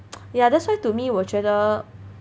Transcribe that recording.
ya that's why to me 我觉得